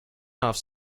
offs